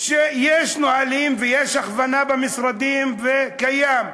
שיש נהלים ויש הכוונה במשרדים וזה קיים,